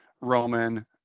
roman